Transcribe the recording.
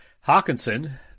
Hawkinson